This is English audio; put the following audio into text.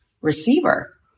receiver